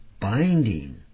binding